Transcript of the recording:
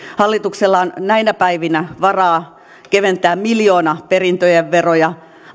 hallituksella on näinä päivinä varaa keventää miljoonaperintöjen veroja